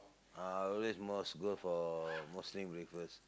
uh I always must go for Muslim breakfast